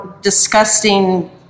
disgusting